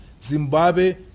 Zimbabwe